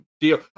deal